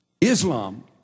Islam